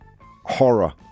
horror